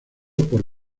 por